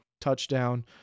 touchdown